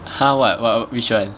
!huh! what what which [one]